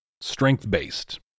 Strength-based